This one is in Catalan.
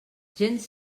gens